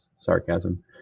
sarcasm